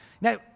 Now